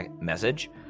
message